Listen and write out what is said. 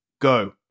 Go